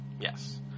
Yes